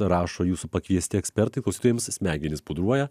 rašo jūsų pakviesti ekspertai klausytojams smegenis pudruoja